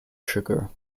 sugar